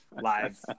live